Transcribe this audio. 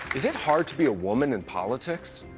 is it hard to be a woman in politics?